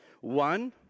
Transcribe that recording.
One